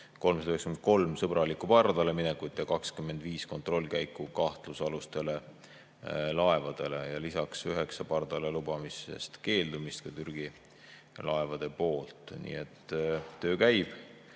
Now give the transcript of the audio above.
393 sõbralikku pardaleminekut ja 25 kontrollkäiku kahtlusalustele laevadele, lisaks on olnud 9 pardale lubamisest keeldumist Türgi laevade poolt. Nii et töö käib.